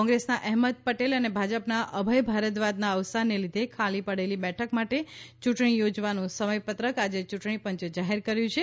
કોંગ્રેસના અહેમદ પટેલ અને ભાજપના અભય ભારદ્વાજના અવસાનને લીધે ખાલી પડેલી બેઠક માટે યૂંટણી યોજવાનું સમય પત્રક આજે યૂંટણી પંચે જાહેર થયું છે